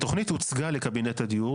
התוכנית הוצגה לקבינט הדיור.